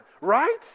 right